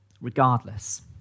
regardless